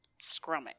Scrumming